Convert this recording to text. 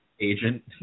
agent